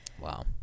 wow